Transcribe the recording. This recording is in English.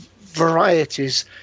varieties